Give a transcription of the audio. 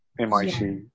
MIT